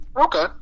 okay